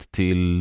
till